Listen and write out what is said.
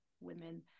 women